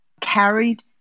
carried